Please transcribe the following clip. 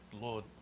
Lord